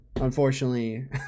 unfortunately